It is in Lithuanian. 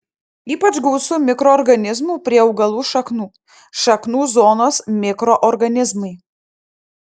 ypač gausu mikroorganizmų prie augalų šaknų šaknų zonos mikroorganizmai